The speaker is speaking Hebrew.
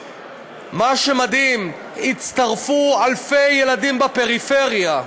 מה שמדהים: הצטרפו אלפי ילדים בפריפריה.